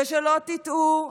ושלא תטעו,